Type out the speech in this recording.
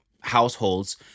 households